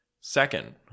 Second